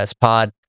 pod